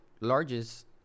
largest